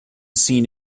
seen